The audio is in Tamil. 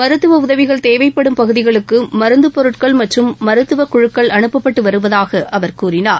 மருத்துவ உதவிகள் தேவைப்படும் பகுதிகளுக்கு மருந்துப் பொருட்கள் மற்றும் மருத்துவக் குழுக்கள் அனுப்பப்பட்டு வருவதாக அவர் கூறினார்